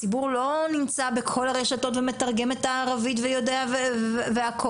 הציבור לא נמצא בכל הרשתות ומתרגם את הערבית ויודע והכל.